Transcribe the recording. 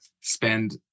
spend